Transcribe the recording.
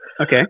Okay